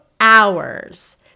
hours